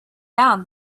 down